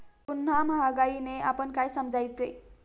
पुन्हा महागाईने आपण काय समजायचे?